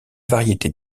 variété